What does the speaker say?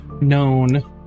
known